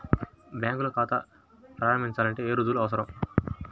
బ్యాంకులో ఖాతా ప్రారంభించాలంటే ఏ రుజువులు అవసరం?